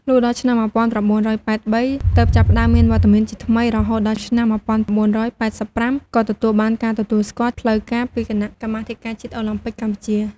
លុះដល់ឆ្នាំ ១៩៨៣ ទើបចាប់ផ្តើមមានវត្តមានជាថ្មី រហូតដល់ឆ្នាំ ១៩៨៥ ក៏ទទួលបានការទទួលស្គាល់ផ្លូវការពីគណៈកម្មាធិការជាតិអូឡាំពិកកម្ពុជា។